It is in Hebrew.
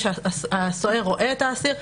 הסוהר רואה את האסיר,